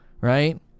right